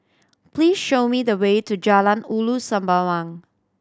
please show me the way to Jalan Ulu Sembawang